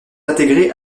intégré